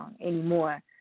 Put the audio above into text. anymore